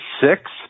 six